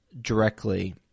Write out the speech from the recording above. directly